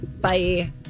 Bye